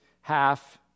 half